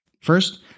First